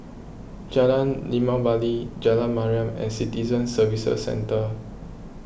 Jalan Limau Bali Jalan Mariam and Citizen Services Centre